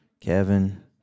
Kevin